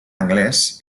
anglès